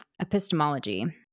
epistemology